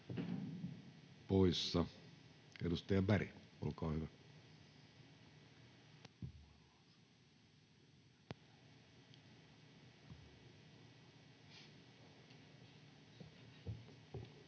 Edustaja Pekonen, olkaa hyvä.